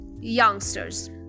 youngsters